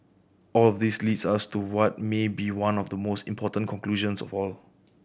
all of this leads us to what may be one of the most important conclusions of all